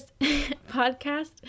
podcast